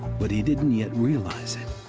but he didn't yet realize it.